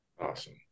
Awesome